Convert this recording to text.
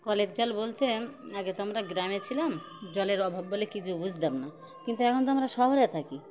কলের জল বলতে আগে তো আমরা গ্রামে ছিলাম জলের অভাব বলে কিছু বুঝতাম না কিন্তু এখন তো আমরা শহরে থাকি